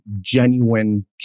genuine